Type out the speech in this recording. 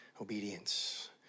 obedience